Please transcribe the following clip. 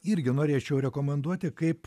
irgi norėčiau rekomenduoti kaip